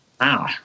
Wow